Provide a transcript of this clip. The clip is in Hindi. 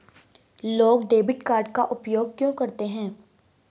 लोग डेबिट कार्ड का उपयोग क्यों करते हैं?